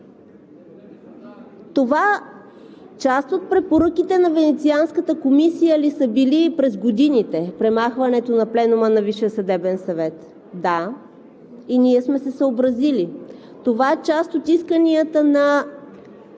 Това част от препоръките на Венецианската комисия ли са били и през годините – премахването на пленума на Висшия съдебен съвет? Да, и ние сме се съобразили. Това част от исканията на